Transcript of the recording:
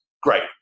Great